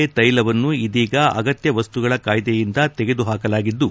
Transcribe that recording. ತ್ಯೆಲವನ್ನು ಇದೀಗ ಅಗತ್ಯ ವಸ್ತುಗಳ ಕಾಯ್ದೆಯಿಂದ ತೆಗೆದುಹಾಕಲಾಗಿದ್ದು